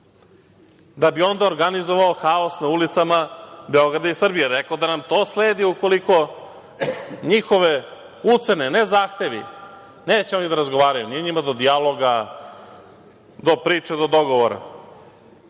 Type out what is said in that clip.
da bi onda organizovao haos na ulicama Beograda i Srbije i rekao da nam to sledi ukoliko njihove ucene, ne zahtevi, neće oni da razgovaraju, nije njima do dijaloga, do priče, do dogovora.